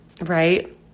Right